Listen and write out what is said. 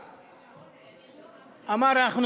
הוא אמר: אנחנו